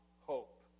hope